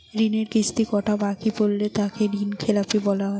ঋণের কিস্তি কটা বাকি পড়লে তাকে ঋণখেলাপি বলা হবে?